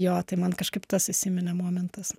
jo tai man kažkaip tas įsiminė momentas